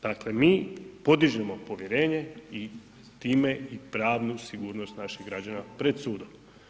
Dakle mi podižemo povjerenje i time i pravnu sigurnost naših građana pred sudom.